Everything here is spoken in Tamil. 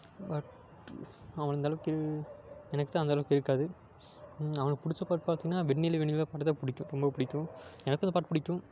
பட் அவனுக்கு அந்தளவுக்கு எனக்கு தான் அந்த அளவுக்கு இருக்காது அவனுக்கு பிடிச்ச பாட்டு பார்த்திங்கனா வெண்ணிலவே வெண்ணிலவே பாட்டுதான் பிடிக்கும் ரொம்ப பிடிக்கும் எனக்கும் அந்த பாட்டு பிடிக்கும்